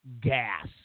gas